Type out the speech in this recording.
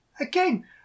again